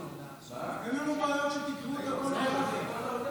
אין לנו בעיה שתקראו את הכול ביחד.